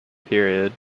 period